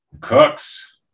Cooks